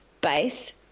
base